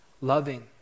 loving